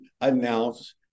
announce